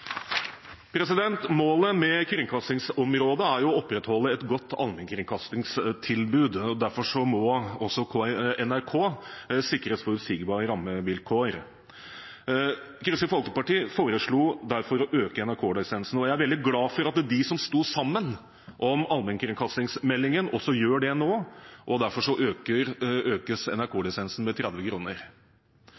Målet for kringkastingsområdet er å opprettholde et godt allmennkringkastingstilbud. Derfor må også NRK sikres forutsigbare rammevilkår. Kristelig Folkeparti foreslo derfor å øke NRK-lisensen. Jeg er veldig glad for at de som sto sammen om allmennkringkastingsmeldingen, også gjør det nå, og derfor